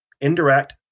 indirect